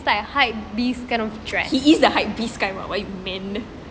he is the hypebeast kind [what] what you mean